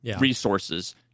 resources